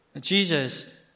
Jesus